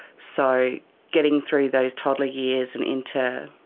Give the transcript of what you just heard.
so getting through those toddler years and into,